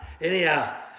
Anyhow